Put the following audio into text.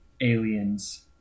aliens